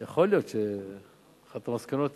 יכול להיות שאחת המסקנות תהיה,